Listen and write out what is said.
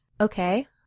Okay